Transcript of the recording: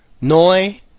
Noi